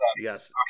Yes